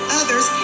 others